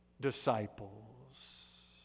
disciples